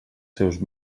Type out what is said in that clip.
seus